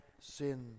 sin